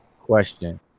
question